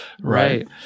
right